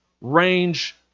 range